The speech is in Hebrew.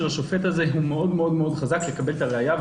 לשופט יש תמריץ מאוד חזק לקבל את הראיה,